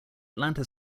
atlanta